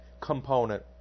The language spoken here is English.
component